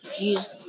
use